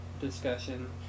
discussion